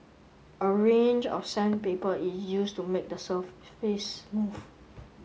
a range of sandpaper is used to make the surface smooth